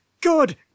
good